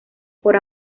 por